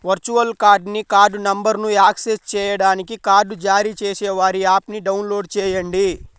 virtual కార్డ్ని card నంబర్ను access చేయడానికి కార్డ్ జారీ చేసేవారి యాప్ని డౌన్లోడ్ చేయండి